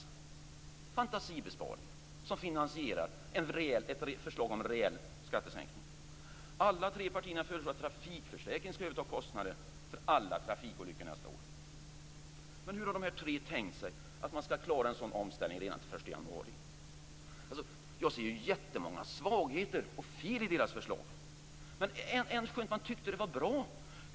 Det är fantasibesparingar som finansierar ett förslag om en reell skattesänkning. Alla tre partierna föreslår att trafikförsäkringen skall överta kostnaderna för alla trafikolyckor nästa år. Men hur har de tre tänkt sig att man skall klara en sådan omställning redan till den 1 januari? Jag ser jättemånga svagheter och fel i deras förslag.